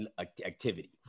Activity